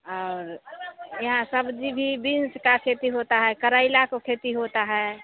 और यहाँ सब्ज़ी भी बीन्स का खेती होता है करेला को खेती होता है